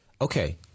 Okay